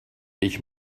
ich